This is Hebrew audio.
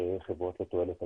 חברות לתועלת הציבור.